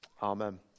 Amen